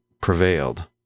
prevailed